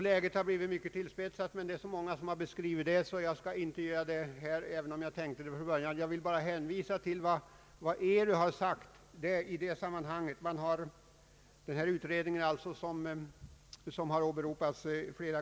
Läget har blivit mycket tillspetsat, men det är så många talare som redan berört detta så jag tänker inte uppehålla mig vid det, även om jag tänkt det från början. Jag vill bara hänvisa till vad ERU, d.v.s. den utredning som flera gånger tidigare åberopats här, i det sammanhanget har sagt.